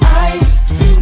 eyes